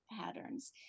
patterns